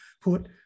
put